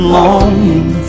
longing